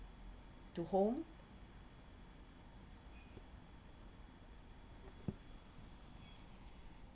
to home